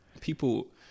people